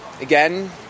Again